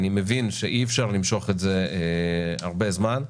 אני מבין שאי-אפשר למשוך את זה הרבה זמן,